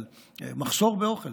של מחסור באוכל